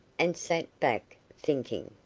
and sat back, thinking.